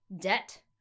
debt